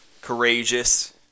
courageous